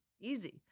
easy